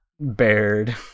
Bared